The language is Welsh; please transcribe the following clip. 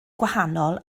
gwahanol